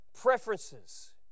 preferences